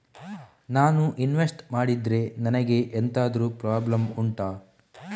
ನಾನು ಇನ್ವೆಸ್ಟ್ ಮಾಡಿದ್ರೆ ನನಗೆ ಎಂತಾದ್ರು ಪ್ರಾಬ್ಲಮ್ ಉಂಟಾ